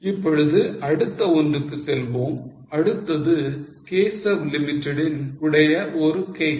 இப்பொழுது அடுத்த ஒன்றுக்கு செல்வோம் அடுத்தது Keshav limited ன் உடைய ஒரு case